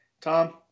Tom